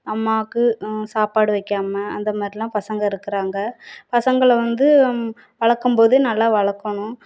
அம்மாவுக்கு சாப்பாடு வைக்காமல் அந்த மாதிரிலாம் பசங்கள் இருக்கிறாங்க பசங்களை வந்து வளர்க்கும்போதே நல்லா வளர்க்கணும்